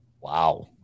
Wow